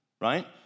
Right